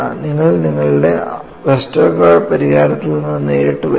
അത് നിങ്ങളുടെ വെസ്റ്റർഗാർഡ് പരിഹാരത്തിൽ നിന്ന് നേരിട്ട് വരുന്നു